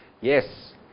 Yes